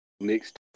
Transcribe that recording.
next